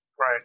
right